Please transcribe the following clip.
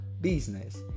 business